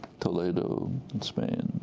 toledo in spain,